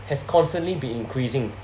has constantly been increasing